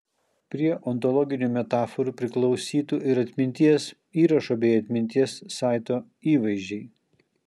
prie ontologinių metaforų priklausytų ir atminties įrašo bei atminties saito įvaizdžiai